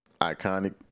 iconic